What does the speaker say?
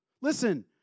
Listen